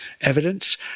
evidence